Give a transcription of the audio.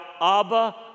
Abba